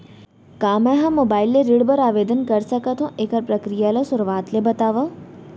का मैं ह मोबाइल ले ऋण बर आवेदन कर सकथो, एखर प्रक्रिया ला शुरुआत ले बतावव?